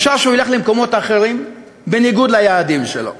אפשר שהוא ילך למקומות אחרים, בניגוד ליעדים שלו.